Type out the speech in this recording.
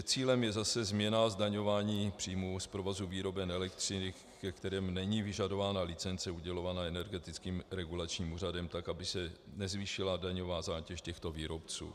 Cílem je změna zdaňování příjmů z provozu výroben elektřiny, ke kterým není vyžadována licence udělovaná Energetickým regulačním úřadem, aby se nezvýšila daňová zátěž těchto výrobců.